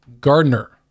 Gardner